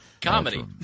Comedy